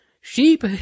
sheep